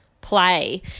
play